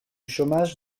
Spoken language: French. chômage